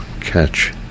catch